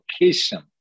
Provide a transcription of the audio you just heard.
location